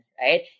right